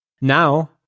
now